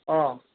অঁ